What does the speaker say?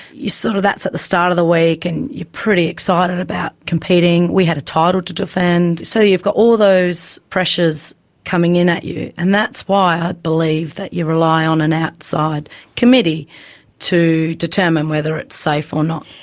sort of, that's at the start of the week and you're pretty excited about competing. we had a title to defend. so you've got all those pressures coming in at you, and that's why, i believe, that you rely on an outside committee to determine whether it's safe or not.